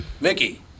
Mickey